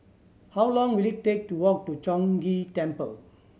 how long will it take to walk to Chong Ghee Temple